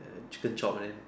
chicken chop eh